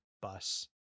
bus